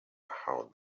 how